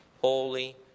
holy